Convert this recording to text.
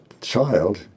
child